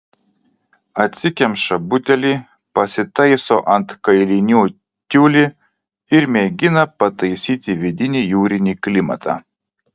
atsikemša butelį pasitaiso ant kailinių tiulį ir mėgina pataisyti vidinį jūrinį klimatą